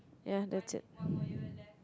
ya that's it